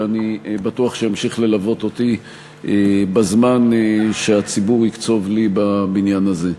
שאני בטוח שימשיך ללוות אותי בזמן שהציבור יקצוב לי בבניין הזה.